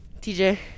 TJ